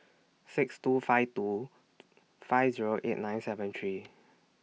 six two five two five Zero eight nine seven three